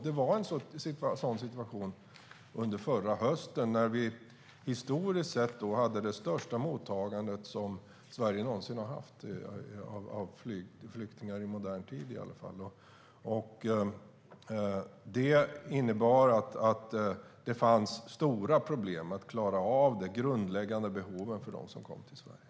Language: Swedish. Det var en sådan situation under förra hösten när vi hade det största mottagandet av flyktingar som Sverige någonsin har haft i modern tid. Det innebar att det fanns stora problem att klara av de grundläggande behoven för dem som kom till Sverige.